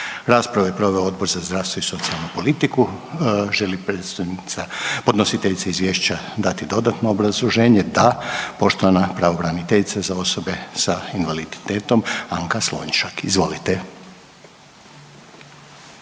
Raspravu je proveo Odbor za zdravstvo i socijalnu politiku. Želi li prestojnica, podnositeljica Izvješća dati dodatno obrazloženje? Da. Poštovana pravobraniteljica za osobe sa invaliditetom, Anka Slonjšak. Izvolite.